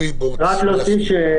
בבקשה.